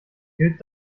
gilt